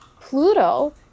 Pluto